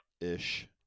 ish